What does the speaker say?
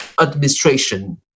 administration